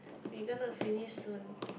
we gonna finish soon